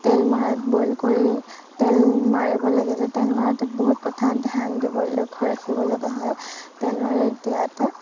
তেল মৰাত বইল কৰি তেল মাৰিব লাগে তেল মাৰোতে বহুত কথা ধ্যান দিব লক্ষ্য ৰাখিব লগা হয় তেল মাৰি দিয়াতে